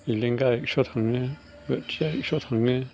एलेंगा एक्स' थाङो बोथिया एक्स' थाङो